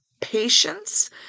patience